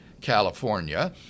California